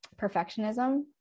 perfectionism